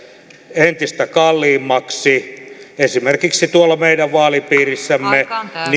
entistä kalliimmaksi esimerkiksi tuolla meidän vaalipiirissämme